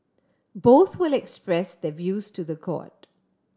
both will express their views to the court